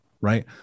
right